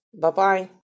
Bye-bye